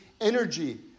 energy